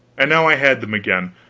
and now i had them again,